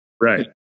Right